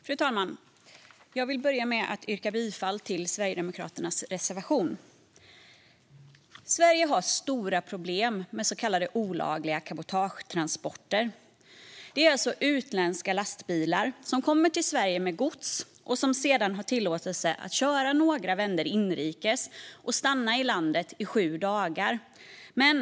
Fru talman! Jag vill börja med att yrka bifall till Sverigedemokraternas reservation. Sverige har stora problem med olagliga så kallade cabotagetransporter. Det är alltså utländska lastbilar som kommer till Sverige med gods och som sedan har tillåtelse att köra några vändor inrikes och stanna i landet i sju dagar.